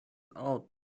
out